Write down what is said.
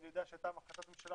אני יודע שהייתה החלטת ממשלה